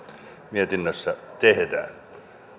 mietinnössä tehdään